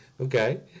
okay